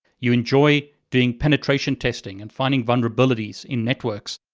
you enjoy doing penetration testing and finding vulnerabilities in networks,